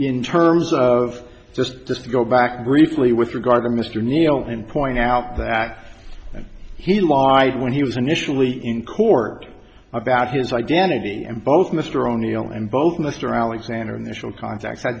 in terms of just just to go back briefly with regard to mr neeld and point out that he lied when he was initially in court about his identity and both mr o'neill and both mr alexander initial contact